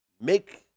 make